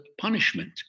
punishment